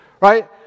right